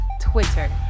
Twitter